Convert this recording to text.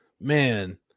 man